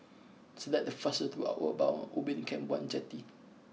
select the fastest way to Outward Bound Ubin Camp one Jetty